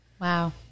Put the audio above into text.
Wow